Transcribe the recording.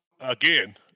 Again